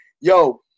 yo